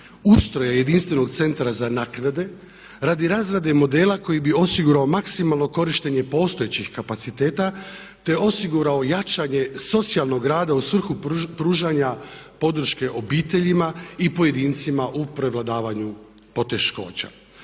ustroja jedinstvenog Centra za naknade radi razrade modela koji bi osigurao maksimalno korištenje postojećih kapaciteta, te osigurao jačanje socijalnog rada u svrhu pružanja podrške obiteljima i pojedincima u prevladavanju poteškoća.